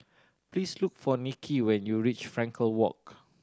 please look for Nikki when you reach Frankel Walk